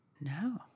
No